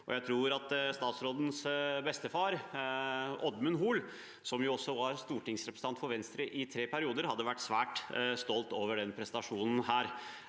jeg tror at statsrådens bestefar, Oddmund Hoel, som også var stortingsrepresentant for Venstre i tre perioder, hadde vært svært stolt over denne prestasjonen.